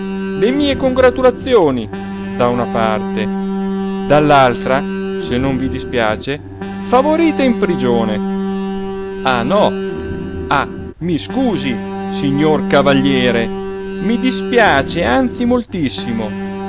le mie congratulazioni da una parte dall'altra se non vi dispiace favorite in prigione ah no ah mi scusi signor cavaliere i dispiace anzi moltissimo